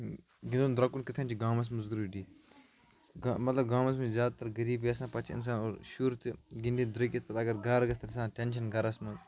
گِنٛدُن درٛوکُن کِتھ کٔنۍ چھُ گامَس منٛز ضٔروٗری مطلب گامَس منٛز زیادٕ تَر غریبی آسان پَتہٕ چھِ اِنسان اور شُر تہِ گِنٛدِتھ درٛوکِتھ پَتہٕ اگر گَرٕ گژھ تَتہِ آسان ٹ۪نشَن گَرَس منٛز